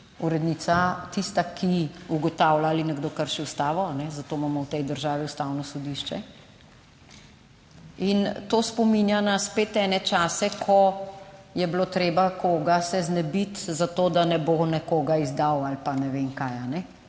urednica tista, ki ugotavlja, ali nekdo krši ustavo, zato imamo v tej državi Ustavno sodišče in to spominja na spet ene čase, ko je bilo treba koga se znebiti za to, da ne bo nekoga izdal ali pa ne vem kaj